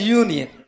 union